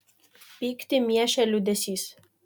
pyktį miešė liūdesys